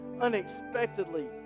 unexpectedly